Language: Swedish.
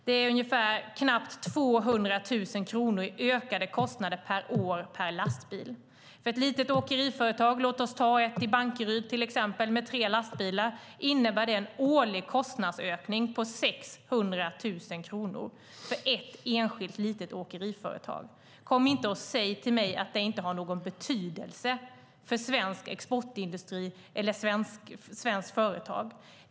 Det blir knappt 200 000 kronor i ökade kostnader per lastbil och år. För ett litet åkeri med tre lastbilar i till exempel Bankeryd innebär det en årlig kostnadsökning på 600 000 kronor. Kom inte och säg att det inte har någon betydelse för svensk exportindustri och svenska företag.